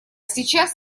сейчас